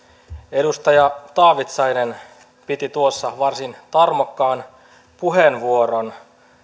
edustaja taavitsainen piti tuossa varsin tarmokkaan puheenvuoron